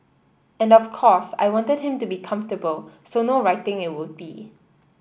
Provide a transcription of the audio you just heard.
and of course I wanted him to be comfortable so no writing it would be